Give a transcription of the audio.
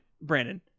Brandon